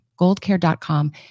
goldcare.com